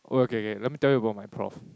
oh okay okay okay let me tell you about my prof